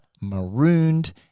marooned